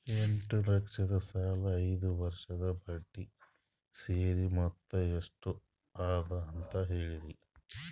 ಎಂಟ ಲಕ್ಷ ಸಾಲದ ಐದು ವರ್ಷದ ಬಡ್ಡಿ ಸೇರಿಸಿ ಮೊತ್ತ ಎಷ್ಟ ಅದ ಅಂತ ಹೇಳರಿ?